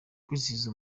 kwizihiza